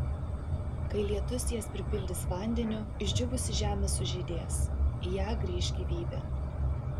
kai lietus jas pripildys vandeniu išdžiūvusi žemė sužydės į ją grįš gyvybė